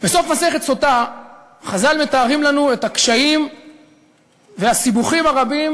בסוף מסכת סוטה חז"ל מתארים לנו את הקשיים והסיבוכים הרבים